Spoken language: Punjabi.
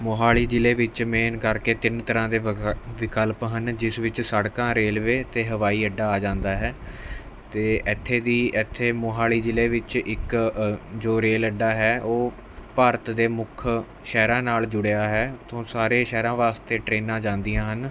ਮੋਹਾਲੀ ਜ਼ਿਲ੍ਹੇ ਵਿੱਚ ਮੇਨ ਕਰਕੇ ਤਿੰਨ ਤਰ੍ਹਾਂ ਦੇ ਵਿਕਲ ਵਿਕਲਪ ਹਨ ਜਿਸ ਵਿੱਚ ਸੜਕਾਂ ਰੇਲਵੇ ਅਤੇ ਹਵਾਈ ਅੱਡਾ ਆ ਜਾਂਦਾ ਹੈ ਅਤੇ ਇੱਥੇ ਦੀ ਇੱਥੇ ਮੋਹਾਲੀ ਜ਼ਿਲ੍ਹੇ ਵਿੱਚ ਇੱਕ ਜੋ ਰੇਲ ਅੱਡਾ ਹੈ ਉਹ ਭਾਰਤ ਦੇ ਮੁੱਖ ਸ਼ਹਿਰਾਂ ਨਾਲ ਜੁੜਿਆ ਹੈ ਉੱਥੋਂ ਸਾਰੇ ਸ਼ਹਿਰਾਂ ਵਾਸਤੇ ਟਰੇਨਾਂ ਜਾਂਦੀਆਂ ਹਨ